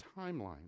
timeline